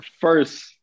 first